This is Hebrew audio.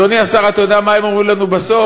אדוני השר, אתה יודע מה הם אומרים לנו בסוף?